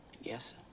Yes